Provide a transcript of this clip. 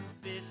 Fish